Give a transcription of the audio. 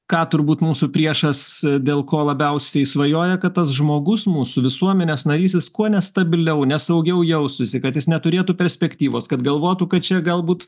ką turbūt mūsų priešas dėl ko labiausiai svajoja kad tas žmogus mūsų visuomenės narys jis kuo nestabiliau nesaugiau jaustųsi kad jis neturėtų perspektyvos kad galvotų kad čia galbūt